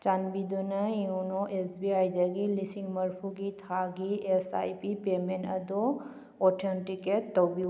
ꯆꯥꯟꯕꯤꯗꯨꯅ YONO S B ꯑꯥꯏꯗꯒꯤ ꯂꯤꯁꯤꯡ ꯃꯔꯤꯐꯨꯒꯤ ꯊꯥꯒꯤ ꯑꯦꯁ ꯑꯥꯏ ꯄꯤ ꯄꯦꯃꯦꯟ ꯑꯗꯣ ꯑꯣꯊꯦꯟꯇꯤꯀꯦꯠ ꯇꯧꯕꯤꯌꯨ